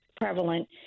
prevalent